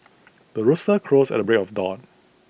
the rooster crows at the break of dawn